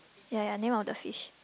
ya ya name of the fish